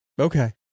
Okay